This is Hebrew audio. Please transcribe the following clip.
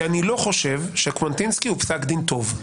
כי אני לא חושב שקוונטינסקי הוא פסק דין טוב.